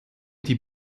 die